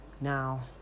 Now